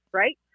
right